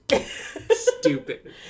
Stupid